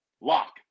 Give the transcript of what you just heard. Lock